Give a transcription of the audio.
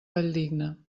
valldigna